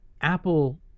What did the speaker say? Apple